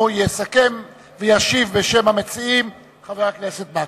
יסכם וישיב בשם המציעים חבר הכנסת מקלב.